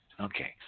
Okay